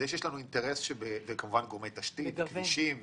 השקעות בגורמי תשתית של כבישים ורכבות.